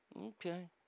Okay